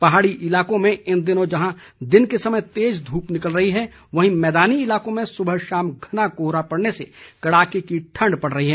पहाड़ी इलाकों में इन दिनों जहां दिन के समय तेज धूप निकल रही है वहीं मैदानी इलाकों में सुबह शाम घना कोहरा पड़ने से कड़ाके की ठण्ड पड़ रही है